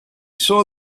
saw